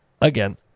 again